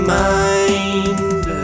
mind